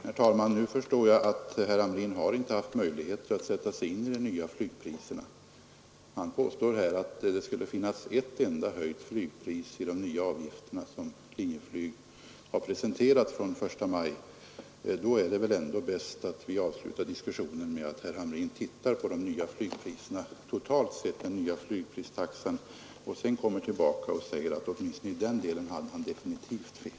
Herr talman! Nu förstår jag att herr Hamrin inte har haft möjlighet att sätta sig in i de nya flygpriserna. Han påstår här att det skulle finnas ett enda höjt pris i den nya avgiftstabell som Linjeflyg har presenterat och som gäller från den 1 maj. Då är det väl ändå bäst att vi avslutar diskussionen med att herr Hamrin tittar på den nya flygpristaxan i dess helhet och sedan kommer tillbaka och säger att i den delen hade han definitivt fel.